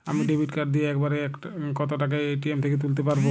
আমি debit card দিয়ে এক বারে কত টাকা এ.টি.এম থেকে তুলতে পারবো?